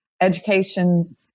education